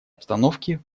обстановки